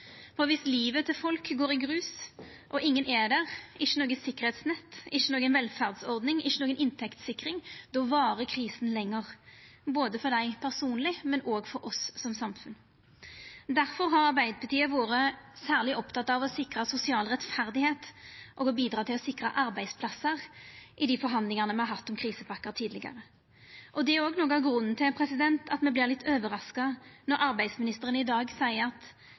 Viss livet til folk går i grus og ingen er der – ikkje noko sikkerheitsnett, ikkje noka velferdsordning, ikkje noka inntektssikring – då varer krisa lenger både for dei personleg og for oss som samfunn. Difor har Arbeidarpartiet vore særleg oppteke av å sikra sosial rettferd og arbeidsplassar i dei forhandlingane me har hatt om krisepakkar tidlegare. Det er òg noko av grunnen til at me vart litt overraska då arbeids- og sosialministeren i dag sa at